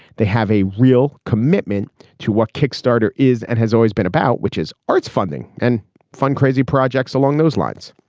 they have a real commitment to what kickstarter is and has always been about which is arts funding and fund crazy projects along those lines.